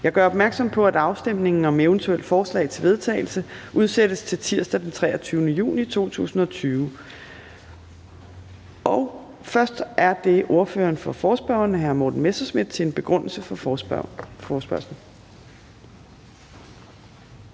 Jeg gør opmærksom på, at afstemningen om eventuelle forslag til vedtagelse udsættes til tirsdag den 23. juni 2020. Først er det ordføreren for forespørgerne, hr. Morten Messerschmidt, til en begrundelse for forespørgslen.